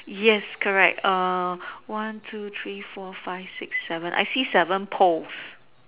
yes correct one two three four five six seven I see seven poles